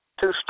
Two